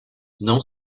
não